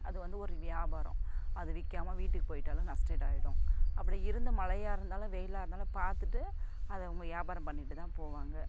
அது வந்து ஒரு வியாபாரம் அது விற்காம வீட்டுக்கு போய்விட்டாலும் நஷ்டஈடு ஆகிடும் அப்படி இருந்து மழையாக இருந்தாலும் வெயிலாக இருந்தாலும் பார்த்துட்டு அதை அவங்க வியாபாரம் பண்ணிகிட்டுதான் போவாங்க